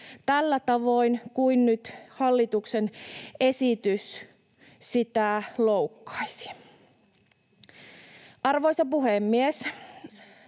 tällä tavoin kuin nyt hallituksen esitys sitä loukkaisi. Arvoisa puhemies!